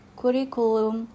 curriculum